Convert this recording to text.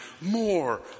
More